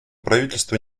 правительство